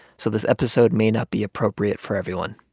so this episode may not be appropriate for everyone.